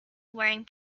wearing